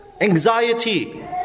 anxiety